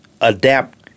adapt